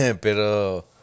...pero